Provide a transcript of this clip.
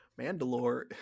Mandalore